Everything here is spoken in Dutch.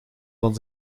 van